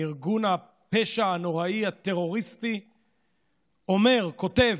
ארגון הפשע הנוראי, הטרוריסטי, אומר, כותב